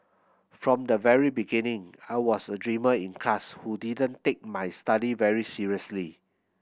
from the very beginning I was a dreamer in class who didn't take my study very seriously